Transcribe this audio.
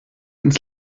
ins